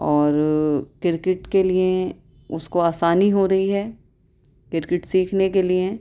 اور کرکٹ کے لیے اس کو آسانی ہو رہی ہے کرکٹ سیکھنے کے لیے